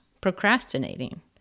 procrastinating